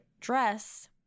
dress